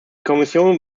kommission